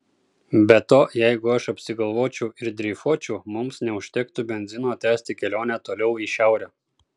be to jeigu aš apsigalvočiau ir dreifuočiau mums neužtektų benzino tęsti kelionę toliau į šiaurę